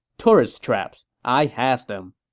tourist traps, i has them